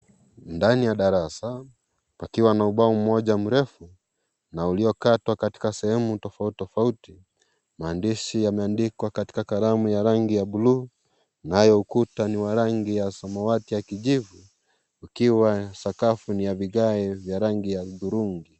Ndani ya darasa pakiwa na ubao mmoja mrefu na uliokatwa katika sehemu tofauti tofauti maandishi yameandikwa katika kalamu ya rangi ya bulu nayo ukuta ni wa rangi ya samawati ya kijivu ukiwa sakafu ni ya vigae vya rangi ya udhurungi.